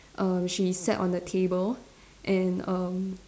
err she sat on the table and erm